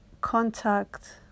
contact